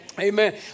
Amen